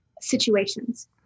situations